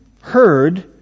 heard